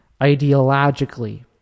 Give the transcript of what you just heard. ideologically